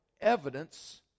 Evidence